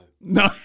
No